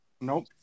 Nope